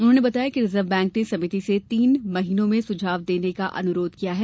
उन्होंने बताया कि रिजर्व बैंक ने समिति से तीन महीनों में सुझाव देने का अनुरोध किया है